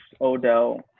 Odell